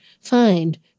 find